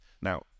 Now